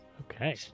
Okay